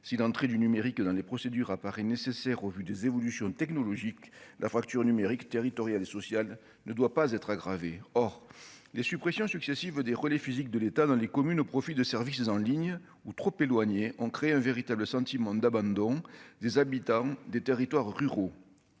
si l'entrée du numérique dans des procédures apparaît nécessaire au vu des évolutions technologiques, la fracture numérique territoriale et sociale ne doit pas être aggravée, or les suppressions successives des relais physique de l'état dans les communes au profit de services en ligne ou trop éloignés, on crée un véritable sentiment d'abandon des habitants des territoires ruraux,